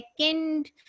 second